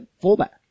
fullback